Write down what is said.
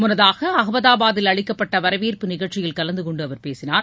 முன்னதாக அகமதாபாத்தில் அளிக்கப்பட்ட வரவேற்பு நிகழ்ச்சியில் கலந்து கொண்டு அவர் பேசினார்